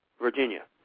Virginia